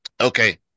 okay